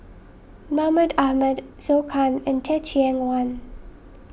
Mahmud Ahmad Zhou Can and Teh Cheang Wan